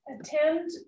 attend